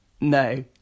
No